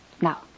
Now